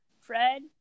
Fred